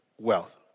wealth